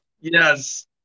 Yes